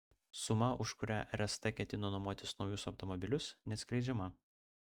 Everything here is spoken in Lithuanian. suma už kurią rst ketina nuomotis naujus automobilius neatskleidžiama